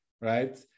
right